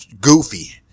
goofy